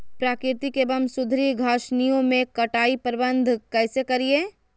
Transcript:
प्राकृतिक एवं सुधरी घासनियों में कटाई प्रबन्ध कैसे करीये?